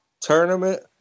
tournament